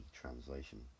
translation